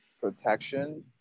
protection